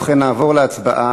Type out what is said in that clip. ובכן, נעבור להצבעה.